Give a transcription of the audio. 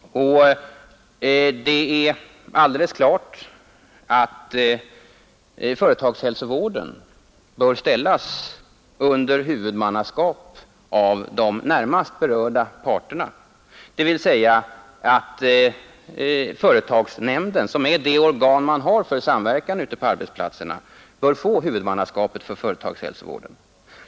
Det är alldeles klart att företagshälsovården bör ställas under huvudmannaskap av de närmast berörda parterna, dvs. att företagsnämnden, som är det organ man har för samverkan ute på arbetsplatserna, bör få huvudmannaskapet för företagshälsovården.